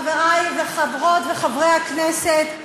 חברי חברות וחברי הכנסת,